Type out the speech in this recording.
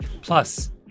Plus